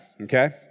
okay